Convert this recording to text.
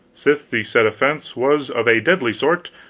sith the said offence was of a deadly sort,